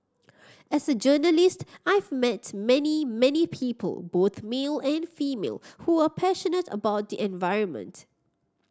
as a journalist I've met many many people both male and female who are passionate about the environment